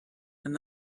and